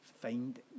find